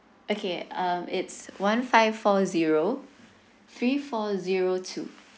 okay um it's one five four zero three four zero two